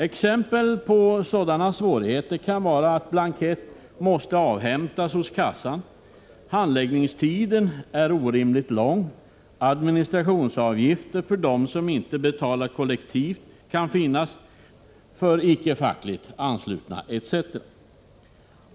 Exempel på sådana svårigheter kan vara att blankett måste hämtas hos kassan, att handläggningstiden är orimligt lång, att man kräver administrationsavgifter av dem som inte betalar kollektivt, dvs. icke är fackligt anslutna, etc.